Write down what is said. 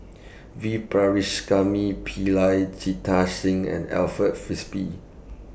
V Pillai Jita Singh and Alfred Frisby